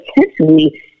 potentially